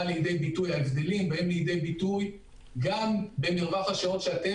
ההבדלים באים לידי ביטוי גם במרווח השעות שאתם